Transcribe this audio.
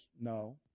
No